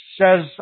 says